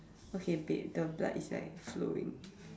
okay babe the blood is like flowing